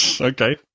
Okay